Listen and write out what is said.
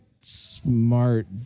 smart